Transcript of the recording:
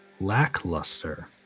Lackluster